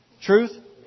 Truth